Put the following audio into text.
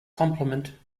compliment